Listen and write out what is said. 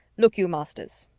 look you, masters,